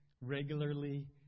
regularly